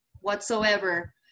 whatsoever